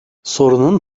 sorunun